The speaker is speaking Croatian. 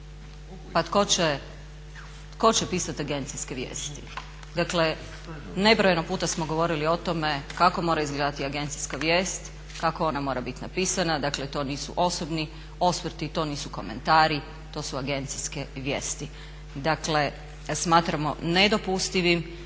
Pa tko će pisati agencijske vijesti? Dakle, nebrojeno puta smo govorili o tome kako mora izgledati agencijska vijest, kako ona mora biti napisana. Dakle, to nisu osobni osvrti, to nisu komentari, to su agencijske vijesti. Dakle, smatramo nedopustivim